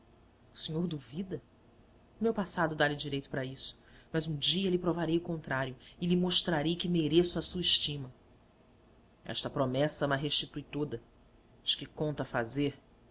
o senhor duvida o meu passado dá-lhe direito para isso mas um dia lhe provarei o contrário e lhe mostrarei que mereço a sua estima esta promessa ma restitui toda mas que conta fazer